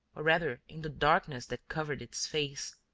or rather in the darkness that covered its face,